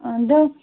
ꯑꯗꯣ